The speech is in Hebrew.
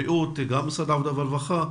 בריאות וגם משרד העבודה הרווחה.